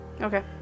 Okay